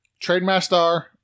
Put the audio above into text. trademaster